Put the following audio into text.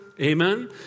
Amen